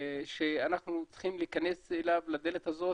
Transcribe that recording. שאנחנו צריכים להיכנס אליה, לדלת הזאת.